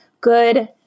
good